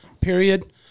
period